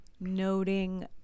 noting